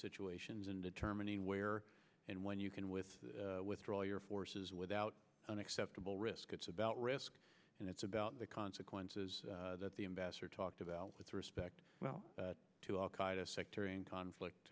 situations and determining where and when you can with withdraw your forces without unacceptable risk it's about risk and it's about the consequences that the ambassador talked about with respect to al qaida sectarian conflict